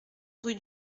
rue